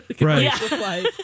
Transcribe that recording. Right